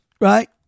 right